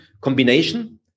combination